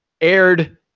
aired